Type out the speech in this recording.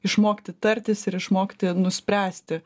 išmokti tartis ir išmokti nuspręsti